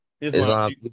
Islam